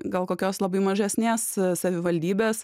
gal kokios labai mažesnės savivaldybės